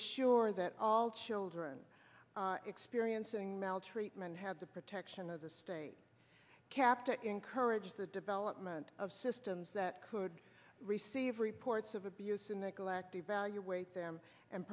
sure that all children experiencing maltreatment had the protection of the state kept to encourage the development of systems that could receive reports of abuse and neglect evaluate them and